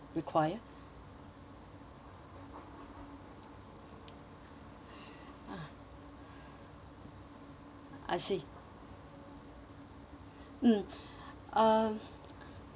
I see mm uh